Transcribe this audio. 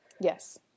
Yes